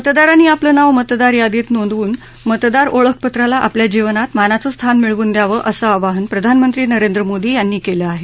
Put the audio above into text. मतदारांनी आपलं नाव मतदार यादीत नोंदवून मतदार ओळखपत्राला आपल्या जीवनात मानाचं स्थान मिळवून द्यावं असं आवाहन प्रधानमंत्री नरेंद्र मोदी यांनी केलं आहे